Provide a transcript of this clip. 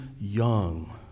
young